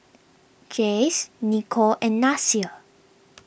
Jase Niko and Nasir